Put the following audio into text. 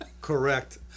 Correct